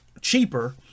cheaper